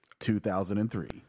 2003